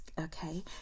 Okay